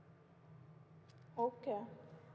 okay